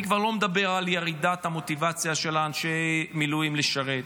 אני כבר לא מדבר על ירידת המוטיבציה של אנשי המילואים לשרת.